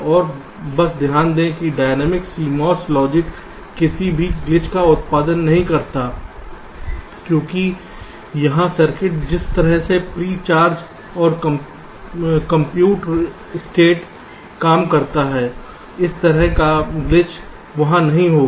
और बस ध्यान दें कि डायनामिक CMOS लॉजिक किसी भी ग्लिच का उत्पादन नहीं करता है क्योंकि यहां सर्किट जिस तरह से प्री चार्ज और कंप्यूट स्टेट काम करता है इस तरह का ग्लिच वहां नहीं होगा